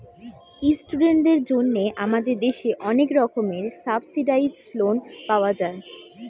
ইস্টুডেন্টদের জন্যে আমাদের দেশে অনেক রকমের সাবসিডাইসড লোন পাওয়া যায়